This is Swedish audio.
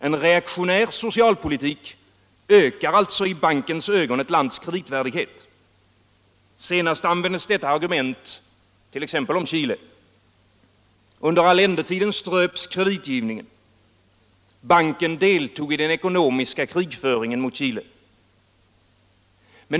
En reaktionär socialpolitik ökar alltså i bankens ögon ett lands kreditvärdighet. Senast användes detta argument t.ex. om Chile. Under Allendetiden ströps kreditgivningen. Banken deltog i den ekonomiska krigföringen mot Chile.